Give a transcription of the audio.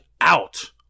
out